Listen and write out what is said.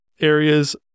areas